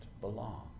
belong